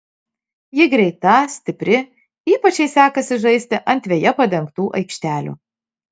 ji greita stipri ypač jai sekasi žaisti ant veja padengtų aikštelių